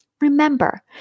Remember